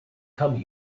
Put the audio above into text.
come